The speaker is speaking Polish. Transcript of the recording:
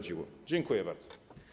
Dziękuję bardzo.